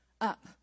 up